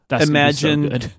imagine